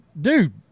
Dude